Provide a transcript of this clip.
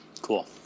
cool